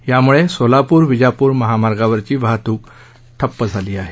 यामुळे सोलापूर विजापूर महामार्गावरची वाहतूक ठप्प झाली आहे